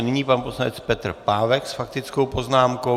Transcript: Nyní pan poslanec Petr Pávek s faktickou poznámkou.